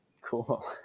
Cool